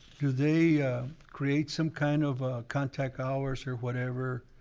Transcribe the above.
do they create some kind of ah contact hours or whatever?